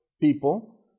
people